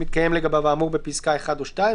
שמתקיים לגביו האמור בפסקה (1) או (2);".